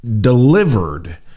delivered